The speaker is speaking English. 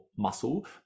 muscle